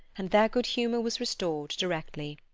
and their good humour was restored directly.